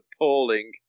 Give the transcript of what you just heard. appalling